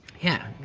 yeah,